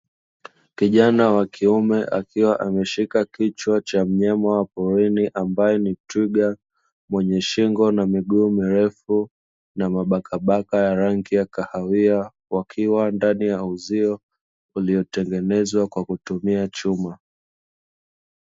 Kijana wa kiume akiwa ameishika kichwa cha mnyama wa polini ambaye ni twiga, mwenye shingo na miguu mirefu na mabakabaka ya rangi ya kahawia, wakiwa ndani ya uzio uliotengenezwa kwa kutumia chuma.